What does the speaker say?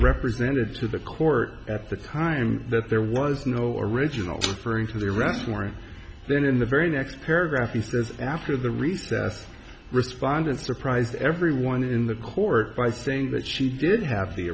represented to the court at the time that there was no original referring to the arrest warrant then in the very next paragraph he says after the recess respondent surprised everyone in the court by saying that she did have the